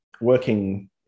working